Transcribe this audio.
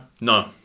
No